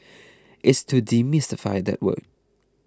it's to demystify that word